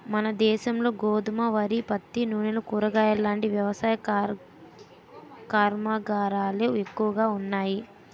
మనదేశంలో గోధుమ, వరి, పత్తి, నూనెలు, కూరగాయలాంటి వ్యవసాయ కర్మాగారాలే ఎక్కువగా ఉన్నాయి